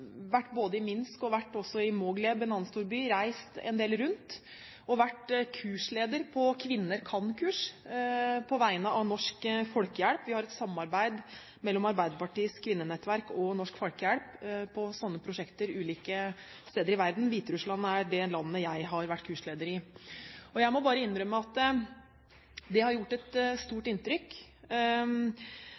vært både i Minsk og i Mogilev, en annen stor by, og reist en del rundt. Jeg har vært kursleder på Kvinner Kan-kurs på vegne av Norsk Folkehjelp. Vi har et samarbeid mellom Arbeiderpartiets kvinnenettverk og Norsk Folkehjelp på sånne prosjekter ulike steder i verden. Hviterussland er det landet jeg har vært kursleder i. Jeg må bare innrømme at det har gjort et stort inntrykk.